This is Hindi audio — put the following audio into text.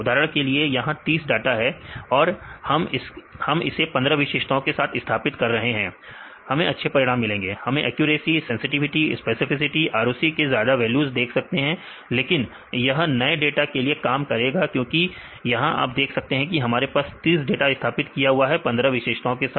उदाहरण के लिए यहां 30 डाटा है और हम इसे 15 विशेषताओं के साथ स्थापित कर रहे हैं हमें अच्छे परिणाम मिलेंगे हमें एक्यूरेसी सेंसटिविटी स्पेसिफिसिटी ROC के ज्यादा वैल्यूज देख सकते हैं लेकिन यह नए डाटा के लिए काम करेगा क्योंकि यहां आप देख सकते हैं कि हमारे पास 30 डाटा स्थापित किया हुआ है 15 विशेषताओं के साथ